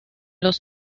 los